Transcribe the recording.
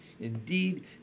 Indeed